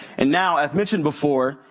and now as mentioned before,